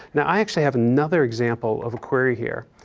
now i actually have another example of a query here.